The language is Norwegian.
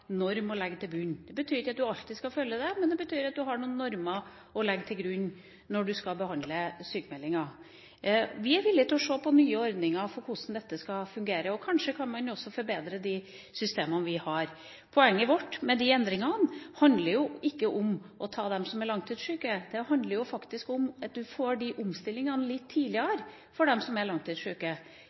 norm å legge til grunn. Det betyr ikke at en alltid skal følge den, men det betyr at en har noen normer å legge til grunn når en skal behandle sykmeldinger. Vi er villige til å se på nye ordninger for hvordan dette skal fungere, og kanskje kan vi også forbedre de systemene vi har. Poenget vårt med endringene handler ikke om å ta de langtidssyke, det handler faktisk om å få omstillingene for de langtidssyke litt tidligere. Vi er veldig for IA-avtalen. Vi er for de mekanismene som er